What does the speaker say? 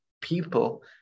people